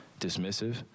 dismissive